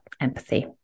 empathy